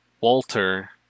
Walter